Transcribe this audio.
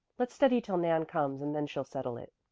let's study till nan comes and then she'll settle it.